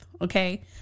okay